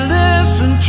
listen